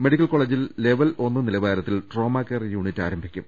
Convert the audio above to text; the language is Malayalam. മെഡിക്കൽ കോളജിൽ ലെവൽ ഒന്ന് നിലവാരത്തിൽ ട്രോമാകെയർ യൂണിറ്റ് ആരംഭിക്കും